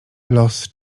los